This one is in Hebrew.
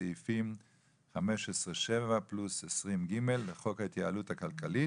סעיפים 15(7) פלוס 20(ג) בחוק ההתייעלות הכלכלית.